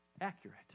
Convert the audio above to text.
accurate